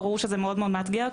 ברור שזה מאוד מאוד מאתגר,